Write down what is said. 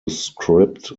script